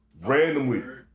randomly